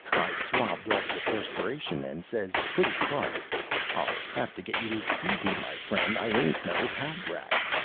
i swabbed off the perspiration and says, pretty tart i'll have to get you to excuse me, my friend i ain't no hat rack.